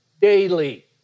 daily